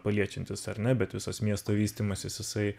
paliečiantis ar na bet visas miesto vystymasis jisai